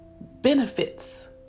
benefits